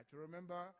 Remember